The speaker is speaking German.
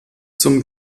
zum